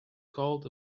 called